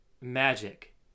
Magic